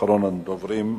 אחרון הדוברים,